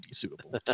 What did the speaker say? suitable